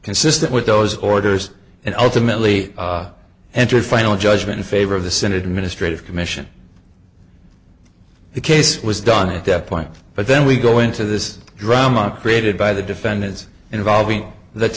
consistent with those orders and ultimately entered final judgment in favor of the senate administrative commission the case was done at that point but then we go into this drama created by the defendants involving